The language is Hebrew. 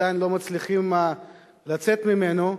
שעדיין הם לא מצליחים לצאת ממנו,